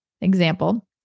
example